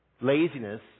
Laziness